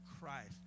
Christ